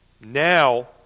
Now